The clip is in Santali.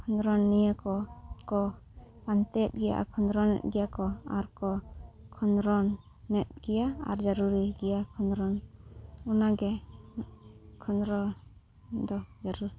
ᱠᱷᱚᱸᱫᱽᱨᱚᱱᱤᱭᱟᱹ ᱠᱚ ᱟᱱᱛᱮᱫ ᱜᱮ ᱠᱷᱚᱸᱫᱽᱨᱚᱱᱮᱫ ᱜᱮᱭᱟ ᱠᱚ ᱟᱨ ᱠᱚ ᱠᱷᱚᱸᱫᱽᱨᱚᱱᱮᱫ ᱜᱮᱭᱟ ᱟᱨ ᱡᱟᱹᱨᱩᱲᱤ ᱜᱮᱭᱟ ᱠᱷᱚᱸᱫᱽᱨᱚᱱ ᱚᱱᱟᱜᱮ ᱠᱷᱚᱸᱫᱽᱨᱚ ᱫᱚ ᱡᱟᱹᱨᱩᱲ